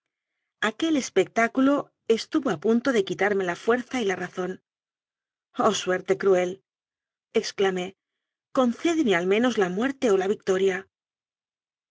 espectácu lo estuvo a punto de quitarme la fuerza y la razón oh suerte cruelexclamé concédeme al menos la muerte o la victoria